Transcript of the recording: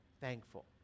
thankful